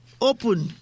open